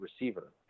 receiver